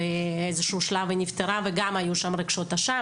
באיזשהו שלב היא נפטרה וגם היו שם רגשות אשם,